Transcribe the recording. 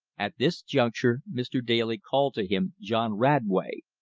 at this juncture mr. daly called to him john radway,